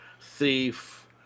Thief